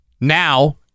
Now